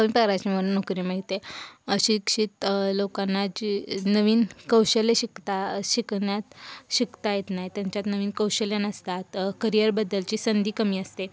कमी पगाराची नोकरी मिळते अशिक्षित लोकांना जी नवीन कौशल्य शिकता शिकण्यात शिकता येत नाही त्यांच्यात नवीन कौशल्य नसतात करियरबद्दलची संधी कमी असते